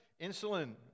insulin